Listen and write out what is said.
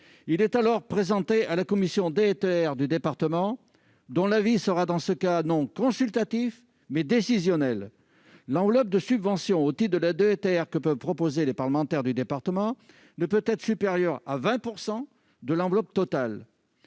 est alors présenté à la commission DETR du département, dont l'avis est non pas consultatif, mais décisionnel. L'enveloppe de subventions au titre de la DETR que peuvent proposer les parlementaires du département ne peut pas être supérieure à 20 % de l'enveloppe totale.